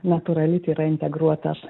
natūralit yra integruotas